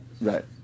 Right